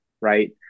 right